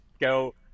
go